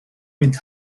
with